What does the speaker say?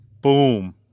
Boom